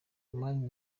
amani